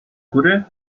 góry